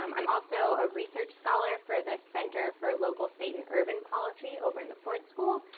um i'm also a research scholar for the center for local, state, and urban policy over in the ford school.